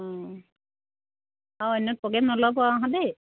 অঁ অঁ অন্যত প্ৰগ্ৰেম নল'ব আকৌ দেই